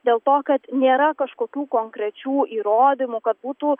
dėl to kad nėra kažkokių konkrečių įrodymų kad būtų